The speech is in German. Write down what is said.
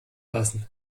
lassen